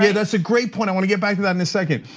that's a great point. i wanna get back to that in a second.